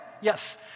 Yes